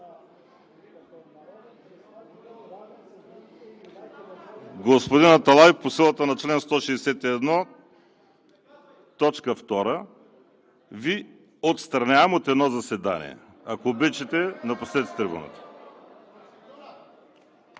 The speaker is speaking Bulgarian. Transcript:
Господин Аталай, по силата на чл. 161, т. 2 Ви отстранявам от едно заседание! Ако обичате, напуснете трибуната.